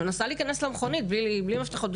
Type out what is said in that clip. מנסה להיכנס למכונית בלי מפתחות,